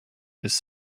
his